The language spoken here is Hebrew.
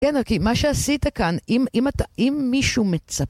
כן אוקי, מה שעשית כאן, אם מישהו מצפה